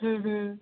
ਹਮ ਹਮ